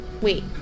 Wait